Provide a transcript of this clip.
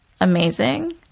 amazing